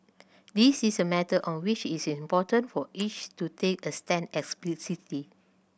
this is a matter on which it is important for each to take a stand explicitly